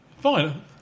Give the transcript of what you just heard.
fine